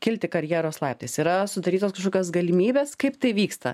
kilti karjeros laiptais yra sudarytos kažkokios galimybės kaip tai vyksta